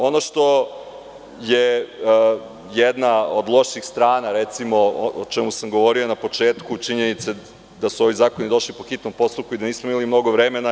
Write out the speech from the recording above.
On što je jedna od loših strana, recimo, o čemu sam govorio na početku, jeste činjenica da su ovi zakoni došli po hitnom postupku i da nismo imali mnogo vremena.